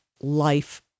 life